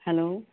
hello